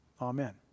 Amen